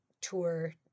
tour